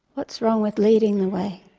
what's wrong with leading the way?